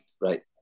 right